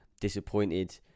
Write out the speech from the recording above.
disappointed